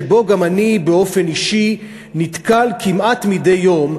שבו גם אני באופן אישי נתקל כמעט מדי יום,